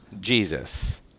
Jesus